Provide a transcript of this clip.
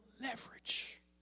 leverage